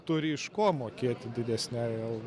turi iš ko mokėti didesnei algai